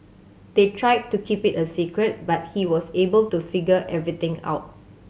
they tried to keep it a secret but he was able to figure everything out